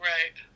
Right